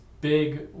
big